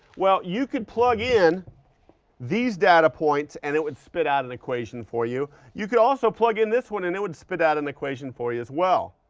well, you could plug in these data points and it would spit out an equation for you. you could also plug in this one and it would spit out an equation for you as well.